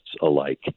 alike